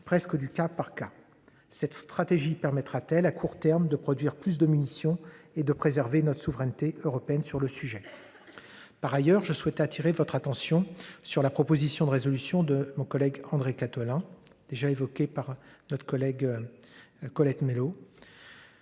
presque du cas par cas cette stratégie permettra-t-elle à court terme de produire plus de munitions et de préserver notre souveraineté européenne sur le sujet. Par ailleurs, je souhaite attirer votre attention sur la proposition de résolution de mon collègue André Catelin déjà évoqués par notre collègue. Colette Mélot.